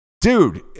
Dude